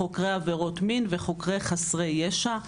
חוקר עבירות מין וחוקרי חסרי ישע.